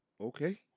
okay